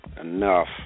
enough